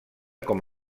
com